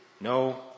No